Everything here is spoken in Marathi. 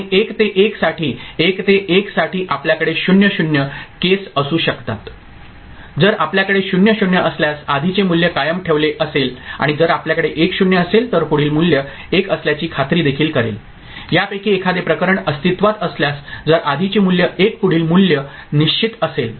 आणि 1 ते 1 साठी 1 ते 1 साठी आपल्याकडे 0 0 केस असू शकतात जर आपल्याकडे 0 0 असल्यास आधीचे मूल्य कायम ठेवले असेल आणि जर आपल्याकडे 1 0 असेल तर पुढील मूल्य 1 असल्याची खात्री देखील करेल यापैकी एखादे प्रकरण अस्तित्त्वात असल्यास जर आधीचे मूल्य 1 पुढील मूल्य निश्चित असेल तर 1 असेल